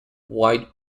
white